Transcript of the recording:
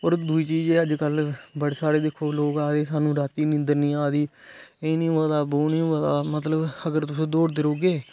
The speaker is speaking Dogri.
और दूई चीज ऐ दिक्खो बडे़ सारे लोक आक्खदे सानू राती निंदर नेईं आंदी एह् नेईं होआ दा ओह् नेंई होआ दा मतलब अगर तुस दौड़दे रोंहगे